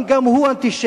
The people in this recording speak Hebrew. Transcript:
האם גם הוא אנטישמי?